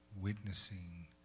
witnessing